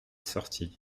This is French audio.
sortit